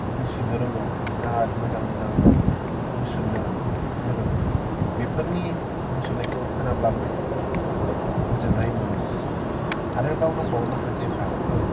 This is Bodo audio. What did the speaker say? मुसुरनो रोंगौ बिराद मोजां मोजां मुसुरनो गोरों बेफोरनि मुसुरनायखौ खोनाब्लाबो जोबोद गोजोननाय मोनो आरोबाव दंबावो माखासे दाउफोर